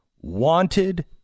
wanted